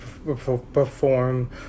perform